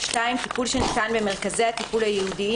(2)טיפול שניתן במרכזי הטיפול הייעודיים